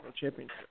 championship